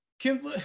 Kim